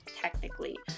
technically